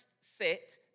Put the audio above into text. sit